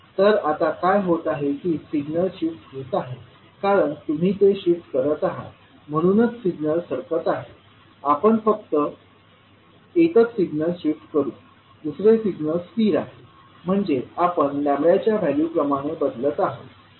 तर आता काय होत आहे की सिग्नल शिफ्ट होत आहे कारण तुम्ही ते शिफ्ट करत आहात म्हणूनच सिग्नल सरकत आहे आपण फक्त एकच सिग्नल शिफ्ट करू दुसरे सिग्नल स्थिर आहे म्हणजे आपण लॅम्बडाच्या व्हॅल्यू प्रमाणे बदलत आहोत